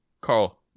Carl